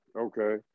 Okay